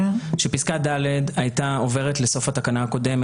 שפסקה (ד) הייתה עוברת לסוף התקנה הקודמת